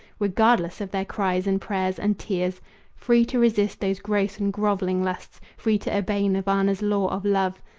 regardless of their cries and prayers and tears free to resist those gross and groveling lusts, free to obey nirvana's law of love,